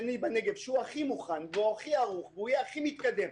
שני בנגב, שיהיה הכי מוכן, הכי ערוך והכי מתקדם.